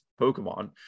Pokemon